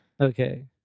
Okay